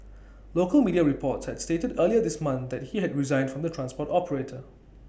local media reports had stated earlier this month that he had resigned from the transport operator